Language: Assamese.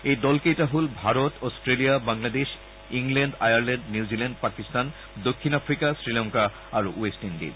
এই দলকেইটা হল Bharat Australia Bangladesh England Ireland New Zealand Pakistan দক্ষিণ আফ্ৰিকা শ্ৰীলংকা আৰু ৱেষ্ট ইণ্ডিজ